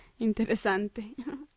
Interesante